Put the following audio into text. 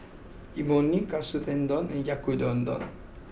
Imoni Katsu Tendon and Yaki udon